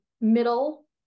middle